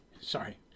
sorry